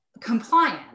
compliance